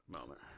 Moment